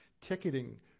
ticketing